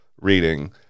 reading